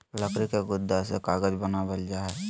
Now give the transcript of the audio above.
लकड़ी के गुदा से कागज बनावल जा हय